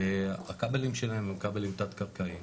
הכבלים שלהם הם כבלים תת קרקעיים